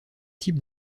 types